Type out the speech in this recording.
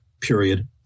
period